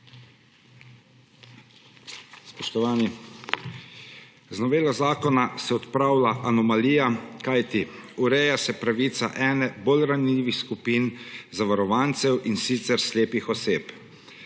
Z novelo zakona se odpravlja anomalija, kajti ureja se pravica ene bolj ranljivih skupin zavarovancev, in sicer slepih oseb.